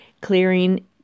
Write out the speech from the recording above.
clearing